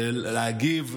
להגיב,